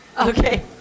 Okay